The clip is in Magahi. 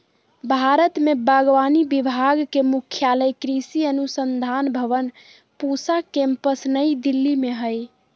भारत में बागवानी विभाग के मुख्यालय कृषि अनुसंधान भवन पूसा केम्पस नई दिल्ली में हइ